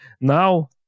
Now